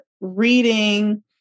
reading